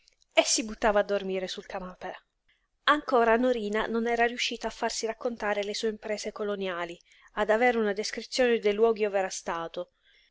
e si buttava a dormire sul canapè ancora norina non era riuscita a farsi raccontare le sue imprese coloniali ad avere una descrizione dei luoghi ov'era stato